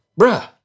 Bruh